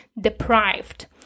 deprived